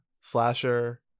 Slasher